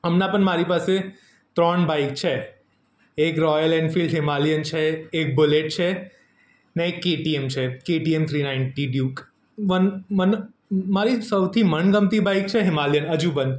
હમણાં પણ મારી પાસે ત્રણ બાઈક છે એક રોયલ એન્ડફિલ્ડ હીમાલિયન છે એક બૂલેટ છે ને એક કેટીએમ છે KTM KTM three ninety Duke મન મન મારી સૌથી મનગમતી બાઈક છે હિમાલિયન હજુ પણ